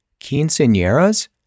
Quinceañeras